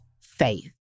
faith